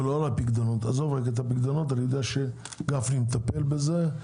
עזוב רגע את הפיקדונות, אני יודע שגפני מטפל בזה.